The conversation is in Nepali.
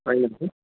भइहाल्छ